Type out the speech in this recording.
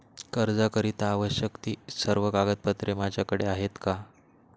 कर्जाकरीता आवश्यक ति सर्व कागदपत्रे माझ्याकडे आहेत का?